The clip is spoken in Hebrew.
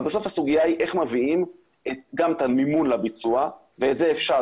אבל בסוף הסוגיה היא איך מביאים גם את המימון לביצוע ואת זה אפשר,